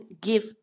give